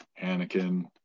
Anakin